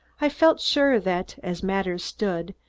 i felt sure that, as matters stood,